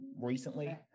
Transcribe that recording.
recently